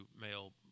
male